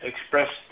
expressed